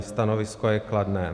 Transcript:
Stanovisko je kladné.